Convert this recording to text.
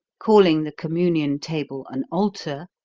calling the communion table an altar,